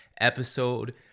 episode